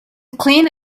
clean